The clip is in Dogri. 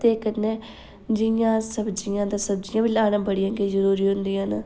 ते कन्नै जियां अस सब्ज़ियां ते सब्ज़ियां बी लाना बड़ियां गै जरूरी होंदियां न